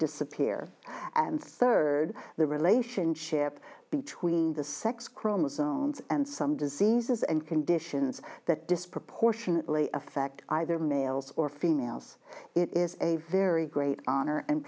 disappear and third the relationship between the sex chromosomes and some diseases and conditions that disproportionately affect either males or females it is a very great honor and